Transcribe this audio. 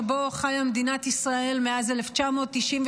שבו חיה מדינת ישראל מאז 1993,